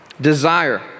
desire